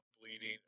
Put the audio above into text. bleeding